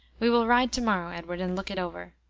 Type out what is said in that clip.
we will ride to-morrow, edward, and look it over.